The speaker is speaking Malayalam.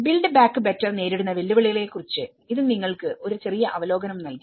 ബിൽഡ് ബാക്ക് ബെറ്റർ നേരിടുന്ന വെല്ലുവിളികളെക്കുറിച്ച് ഇത് നിങ്ങൾക്ക് ഒരു ചെറിയ അവലോകനം നൽകി